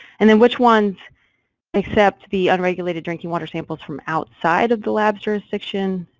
and then which one's accept the unregulated drinking water samples from outside of the lab jurisdiction?